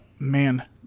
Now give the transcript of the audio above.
Man